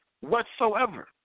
whatsoever